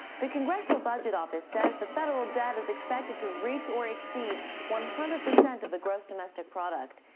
the congressional budget office says the federal debt is expected to reach or exceed one hundred percent of the gross domestic product.